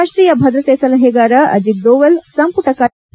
ರಾಷ್ಟೀಯ ಭದ್ರತೆ ಸಲಹೆಗಾರ ಅಜಿತ್ ದೋವಲ್ ಸಂಪುಟ ಕಾರ್ಯದರ್ಶಿ ಪಿ